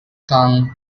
tongue